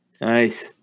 Nice